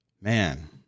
Man